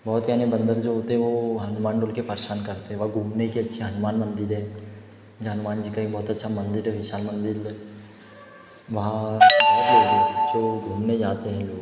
बहुत यानी बंदर जो होते वो हनुमानडोल के परेशान करते और घूमने के अच्छे हनुमान मंदिर है जहाँ हनुमान जी का एक बहुत अच्छा मंदिर है विशाल मंदिर वहाँ हर लोग जो घूमने जाते हैं लोग